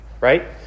right